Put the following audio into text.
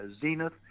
zenith